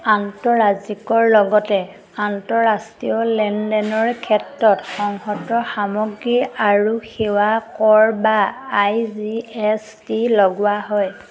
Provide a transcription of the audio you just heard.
আন্তঃৰাজ্যিকৰ লগতে আন্তঃৰাষ্ট্ৰীয় লেনদেনৰ ক্ষেত্ৰত সংহত সামগ্ৰী আৰু সেৱা কৰ বা আই জি এচ টি লগোৱা হয়